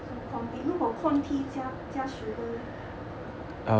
so 如果 corn tea 加加 sugar leh